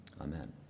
Amen